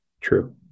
True